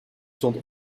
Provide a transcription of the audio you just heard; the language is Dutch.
stond